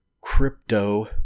crypto